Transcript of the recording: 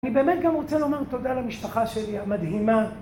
אני באמת גם רוצה לומר תודה למשפחה שלי המדהימה